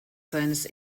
seines